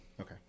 okay